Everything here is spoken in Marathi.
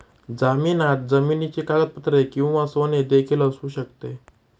जामिनात जमिनीची कागदपत्रे किंवा सोने देखील असू शकते